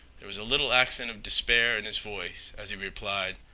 there was a little accent of despair in his voice as he replied,